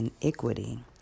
iniquity